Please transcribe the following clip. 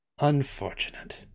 Unfortunate